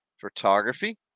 Photography